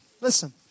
Listen